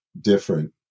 different